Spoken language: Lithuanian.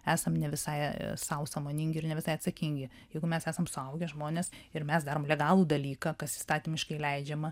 esam ne visai sau sąmoningi ir ne visai atsakingi jeigu mes esam suaugę žmonės ir mes darom legalų dalyką kas įstatymiškai leidžiama